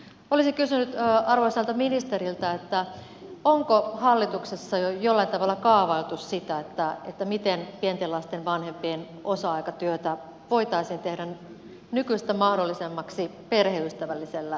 olisin kysynyt arvoisalta ministeriltä onko hallituksessa jo jollain tavalla kaavailtu sitä miten pienten lasten vanhempien osa aikatyötä voitaisiin tehdä nykyistä mahdollisemmaksi perheystävällisellä tavalla